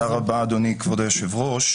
תודה רבה, אדוני כבוד היושב-ראש.